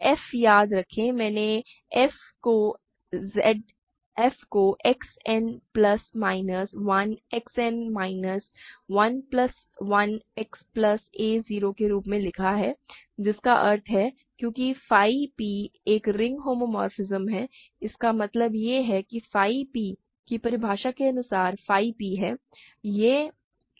f याद रखें मैंने f को X n plus minus 1 X n minus 1 plus 1 X plus a 0 के रूप में लिखा है जिसका अर्थ है क्योंकि phi p एक रिंग होमोमोर्फिज्म है इसका मतलब है कि यह phi p की परिभाषा के अनुसार phi p है